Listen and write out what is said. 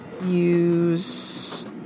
use